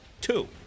Two